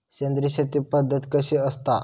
सेंद्रिय शेती पद्धत कशी असता?